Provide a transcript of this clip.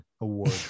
award